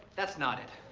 that's not it.